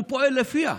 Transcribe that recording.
הוא פועל לפיה.